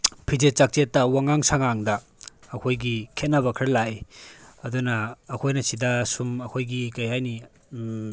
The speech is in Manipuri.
ꯐꯤꯖꯦꯠ ꯆꯥꯛꯁꯦꯠꯇ ꯋꯥꯉꯥꯡ ꯁꯉꯥꯡꯗ ꯑꯩꯈꯣꯏꯒꯤ ꯈꯦꯠꯅꯕ ꯈꯔ ꯂꯥꯛꯑꯦ ꯑꯗꯨꯅ ꯑꯩꯈꯣꯏꯅ ꯁꯤꯗ ꯁꯨꯝ ꯑꯩꯈꯣꯏꯒꯤ ꯀꯔꯤ ꯍꯥꯏꯅꯤ